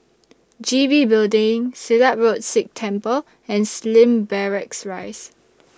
G B Building Silat Road Sikh Temple and Slim Barracks Rise